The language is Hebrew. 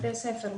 בתי ספר,